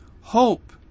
Hope